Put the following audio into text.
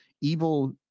evil